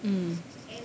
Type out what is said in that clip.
mm